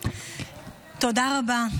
תודה רבה.